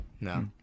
no